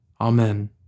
Amen